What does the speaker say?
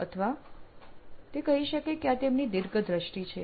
અથવા તે કહી શકે આ તેમની દીર્ઘ દ્રષ્ટિ છે